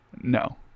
No